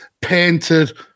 painted